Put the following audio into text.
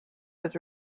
was